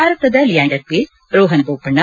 ಭಾರತದ ಲಿಯಾಂಡರ್ ಪೇಸ್ ರೋಪನ್ ಬೋಪಣ್ಣ